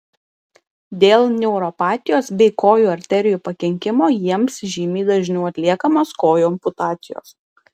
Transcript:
dėl neuropatijos bei kojų arterijų pakenkimo jiems žymiai dažniau atliekamos kojų amputacijos